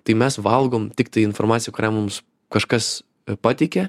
tai mes valgom tiktai informaciją kurią mums kažkas pateikė